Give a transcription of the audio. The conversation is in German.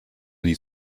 nie